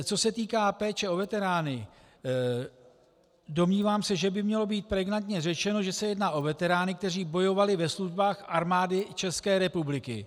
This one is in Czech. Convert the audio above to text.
Co se týká péče o veterány, domnívám se, že by mělo být pregnantně řečeno, že se jedná o veterány, kteří bojovali ve službách Armády České republiky.